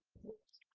was